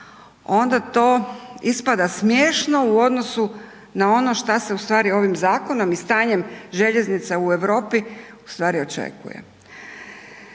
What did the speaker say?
onda to ispada smiješno u odnosu na ono što se ustvari ovim zakonom i stanjem željeznica u Europi ustvari očekuje.